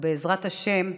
ובעזרת השם,